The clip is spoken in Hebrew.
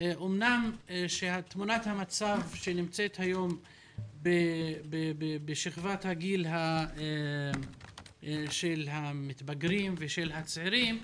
אמנם תמונת המצב שקיימת היום בשכבת הגיל של המתבגרים ושל הצעירים,